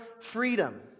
freedom